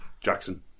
Jackson